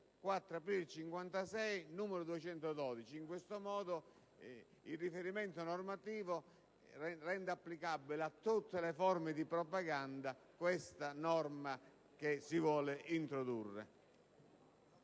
4 aprile 1956, n. 212». In questo modo, il riferimento normativo renderebbe applicabile a tutte le forme di propaganda la norma che si intende introdurre.